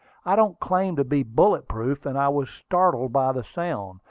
i don't claim to be bullet-proof, and i was startled by the sound,